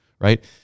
right